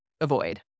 avoid